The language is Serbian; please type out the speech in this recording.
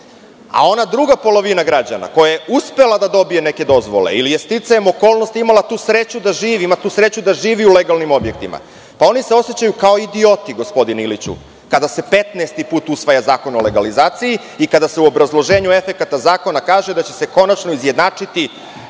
a ona druga polovina građana koja je uspela da dobije neke dozvole ili je sticajem okolnosti imala tu sreću da živi, ima tu sreću da živi u legalnim objektima. Oni se osećaju kao idioti, gospodine Iliću, kada se 15. put usvaja zakon o legalizaciji i kada se u obrazloženju efekata zakona kaže da će se konačno izjednačiti